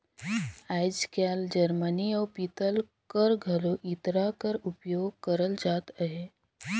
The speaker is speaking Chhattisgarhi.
आएज काएल जरमनी अउ पीतल कर घलो इरता कर उपियोग करल जात अहे